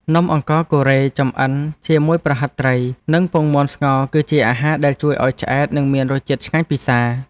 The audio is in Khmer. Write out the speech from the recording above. នំអង្ករកូរ៉េចម្អិនជាមួយប្រហិតត្រីនិងពងមាន់ស្ងោរគឺជាអាហារដែលជួយឱ្យឆ្អែតនិងមានរសជាតិឆ្ងាញ់ពិសារ។